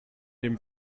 dem